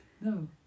no